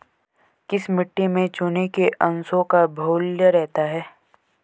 किस मिट्टी में चूने के अंशों का बाहुल्य रहता है?